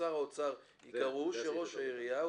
"ששר האוצר" יקראו "שראש העירייה באשור המועצה",